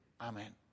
Amen